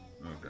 okay